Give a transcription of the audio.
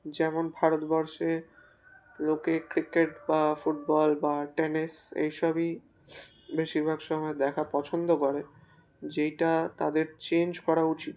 যেমন ভারতবর্ষে লোকে ক্রিকেট বা ফুটবল বা টেনিস এইসবই বেশিরভাগ সময় দেখা পছন্দ করে যেটা তাদের চেঞ্জ করা উচিত